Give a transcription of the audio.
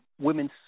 women's